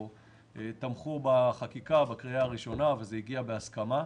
תמכו בחקיקה בקריאה הראשונה וזה הגיע בהסכמה.